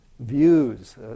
views